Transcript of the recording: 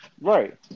right